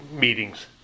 meetings